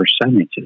percentages